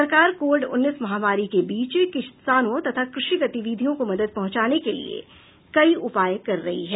सरकार कोविड उन्नीस महामारी के बीच किसानों तथा कृषि गतिविधियों को मदद पहुंचाने के लिए कई उपाय कर रही है